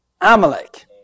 Amalek